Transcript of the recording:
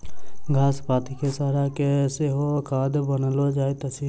घास पात के सड़ा के सेहो खाद बनाओल जाइत अछि